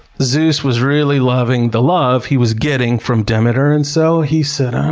zeus was really loving the love he was getting from demeter, and so he says,